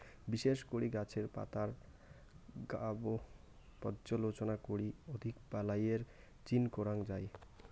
বিশেষ করি গছের পাতার গাব পর্যালোচনা করি অধিক বালাইয়ের চিন করাং যাই